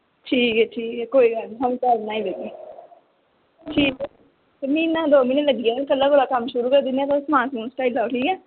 ठीक ऐ ठीक ऐ कोई गल्ल निं घर बनाई दिन्ने आं ते म्हीना दौ म्हीने लग्गी जाना ते कल्ल कोला कम्म शुरू करी ओड़नै आं ते तुस समान सुटाई लैओ ठीक ऐ